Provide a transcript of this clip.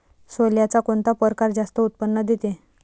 सोल्याचा कोनता परकार जास्त उत्पन्न देते?